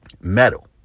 metal